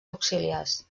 auxiliars